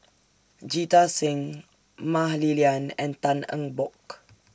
Jita Singh Mah Li Lian and Tan Eng Bock